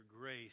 grace